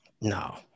No